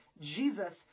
Jesus